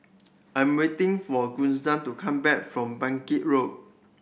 I'm waiting for Kisha to come back from Bangkit Road